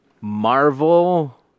Marvel